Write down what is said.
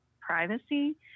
privacy